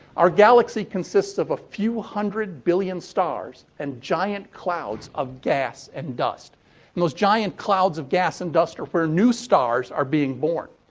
our galaxy consists of a few hundred billion stars and giant clouds of gas and dust. and those giant clouds of gas and dust are where new stars are being born.